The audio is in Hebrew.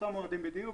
אותם מועדים בדיוק,